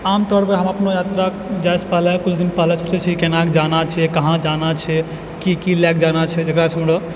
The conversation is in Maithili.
आमतौरपर हम अपनऽ यात्रा जाइसँ पहिले किछु दिन पहिले सोचै छिए कि कोना कऽ जाना छै कहाँ जाना छै की की लऽ कऽ जाना छै जकरासँ हमरो